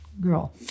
girl